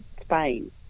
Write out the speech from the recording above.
Spain